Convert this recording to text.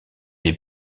est